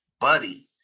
Buddy